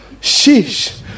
Sheesh